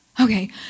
Okay